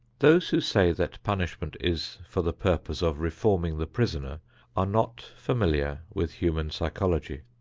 those who say that punishment is for the purpose of reforming the prisoner are not familiar with human psychology.